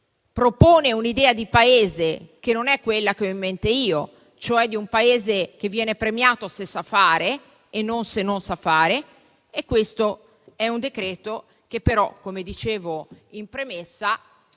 propone un'idea di Paese che non è quella che ho in mente io, cioè un Paese che viene premiato se sa fare e non se non sa fare. Ma questo, come dicevo in premessa,